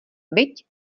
viď